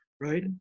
right